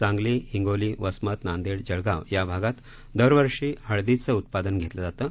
सांगली हिंगोली वसमत नांदेड जळगाव या भागात दरवर्षी हळदीचं उत्पादन घेतले जाते